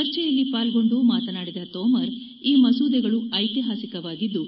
ಚರ್ಚೆಯಲ್ಲಿ ಪಾಲ್ಗೊಂಡು ಮಾತನಾಡಿದ ತೋಮರ್ ಈ ಮಸೂದೆಗಳು ಐತಿಹಾಸಿಕ ವಾಗಿದ್ಲು